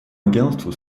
агентства